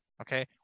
okay